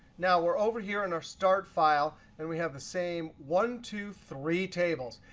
now, we're over here in our start file, and we have the same one, two, three tables.